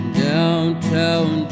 downtown